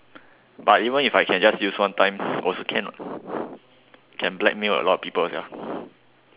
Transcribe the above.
but even if I can just use one time also can what can blackmail a lot of people sia